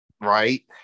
Right